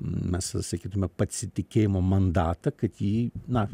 mes sakytume pasitikėjimo mandatą kad jį na